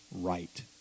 right